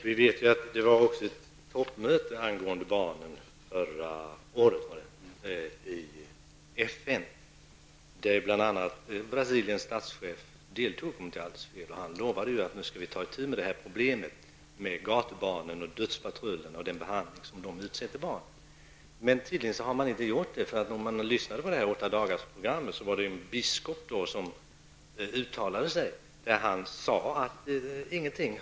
Herr talman! Förra året hölls ett toppmöte i FN angående barnen. Brasiliens statschef lovade då att man skulle ta itu med problemet med gatubarnen, dödspatrullerna och den behandling som barnen utsätts för. Tydligen har det inte gjorts något, för i TV-programmet 8 dagar uttalade sig en biskop som sade att det ännu inte har skett någonting.